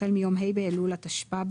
החל מיום ה' באלול התשפ"ב,